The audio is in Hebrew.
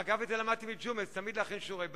אגב, את זה למדתי מג'ומס, תמיד להכין שיעורי בית.